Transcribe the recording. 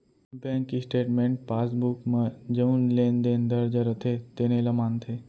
bank statement passbook म जउन लेन देन दर्ज रथे तेने ल मानथे